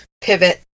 Pivot